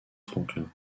franklin